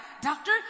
doctor